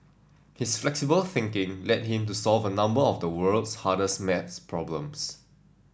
his flexible thinking led him to solve a number of the world's hardest maths problems